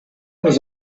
was